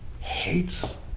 hates